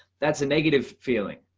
that's a negative feeling.